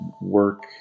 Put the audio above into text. work